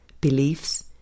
Beliefs